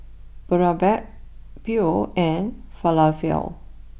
Boribap Pho and Falafel